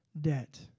debt